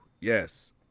yes